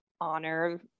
honor